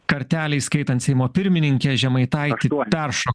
kartelę įskaitant seimo pirmininkę žemaitaitį peršo